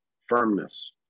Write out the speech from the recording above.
firmness